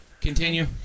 Continue